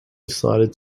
decided